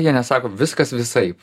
jie nesako viskas visaip